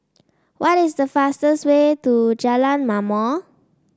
what is the fastest way to Jalan Ma'mor